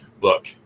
Look